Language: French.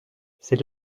c’est